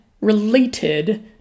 related